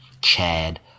Chad